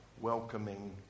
welcoming